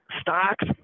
stocks